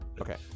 okay